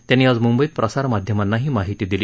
त्यांनी आज म्ंबईत प्रसारमाध्यमांना ही माहिती दिली